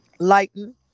lighten